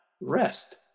rest